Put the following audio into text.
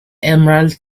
emerald